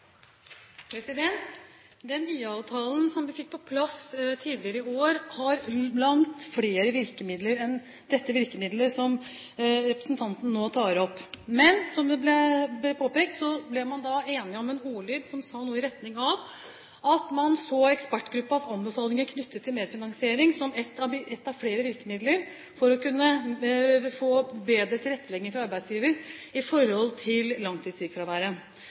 Den IA-avtalen som vi fikk på plass tidligere i år, har langt flere virkemidler enn dette virkemiddelet som representanten nå tar opp. Men, som det ble påpekt, ble man enige om en ordlyd i retning av at man så ekspertgruppens anbefalinger knyttet til medfinansiering som ett av flere virkemidler for å kunne få bedre tilrettelegging fra arbeidsgiver i forhold til langtidssykefraværet.